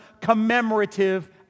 commemorative